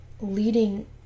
leading